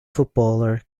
footballer